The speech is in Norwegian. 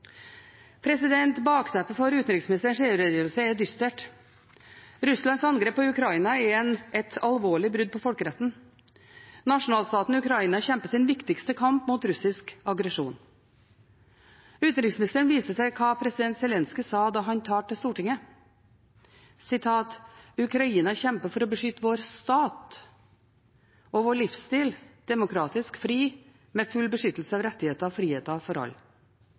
Bakteppet for utenriksministerens EU-redegjørelse er dystert. Russlands angrep på Ukraina er et alvorlig brudd på folkeretten. Nasjonalstaten Ukraina kjemper sin viktigste kamp mot russisk aggresjon. Utenriksministeren viste til hva president Zelenskyj sa da han talte til Stortinget: Ukraina kjemper for å beskytte vår stat og vår livsstil – demokratisk og fri med full beskyttelse av rettigheter og friheter for